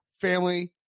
family